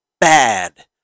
bad